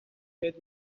بهت